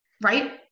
right